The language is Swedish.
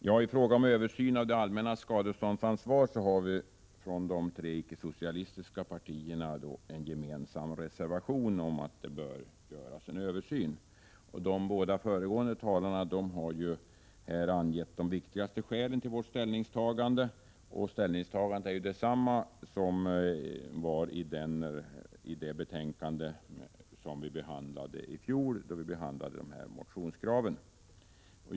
Herr talman! I fråga om det allmännas skadeståndsansvar har de tre icke-socialistiska partierna en gemensam reservation om att det bör göras en översyn. De båda föregående talarna har här angivit de viktigaste skälen till vårt ställningstagande. Det är samma ställningstagande som vi gjorde i betänkandet i fjol vid behandlingen av de här motionskraven.